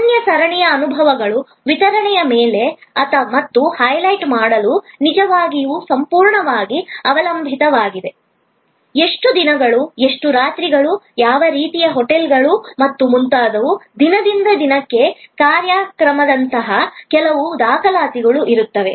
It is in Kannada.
ಅನನ್ಯ ಸರಣಿಯ ಅನುಭವಗಳ ವಿತರಣೆಯ ಮೇಲೆ ಮತ್ತು ಹೈಲೈಟ್ ಮಾಡಲು ನಿಜವಾಗಿಯೂ ಸಂಪೂರ್ಣವಾಗಿ ಅವಲಂಬಿತವಾಗಿದೆ ಎಷ್ಟು ದಿನಗಳು ಎಷ್ಟು ರಾತ್ರಿಗಳು ಯಾವ ರೀತಿಯ ಹೋಟೆಲ್ಗಳು ಮತ್ತು ಮುಂತಾದವು ದಿನದಿಂದ ದಿನಕ್ಕೆ ಕಾರ್ಯಕ್ರಮದಂತಹ ಕೆಲವು ದಾಖಲಾತಿಗಳು ಇರುತ್ತವೆ